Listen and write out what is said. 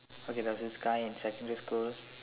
okay there was this guy in secondary school